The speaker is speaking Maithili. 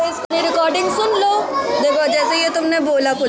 यु.पी.आई सेवा की होय छै?